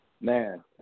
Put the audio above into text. Man